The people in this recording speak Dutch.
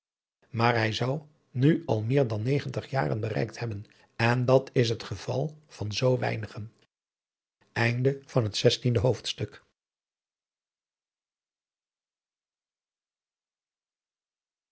maar hij zou nu al meer dan negentig jaren bereikt hebben en dat is het geval van zoo weinigen adriaan loosjes pzn het leven van hillegonda buisman